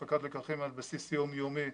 הפקת לקחים על בסיס יום יומי,